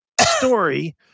story